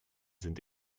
sind